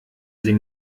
sie